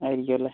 ആയിരിക്കുമല്ലേ